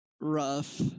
rough